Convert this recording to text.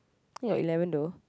eh got eleven though